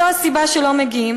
זו הסיבה שלא מגיעים.